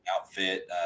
outfit